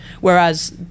whereas